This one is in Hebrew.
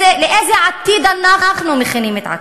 לאיזה עתיד אנחנו מכינים את עצמנו?